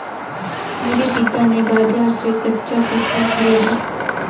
मेरे पिता ने बाजार से कच्चा कटहल खरीदा